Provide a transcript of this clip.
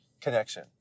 connection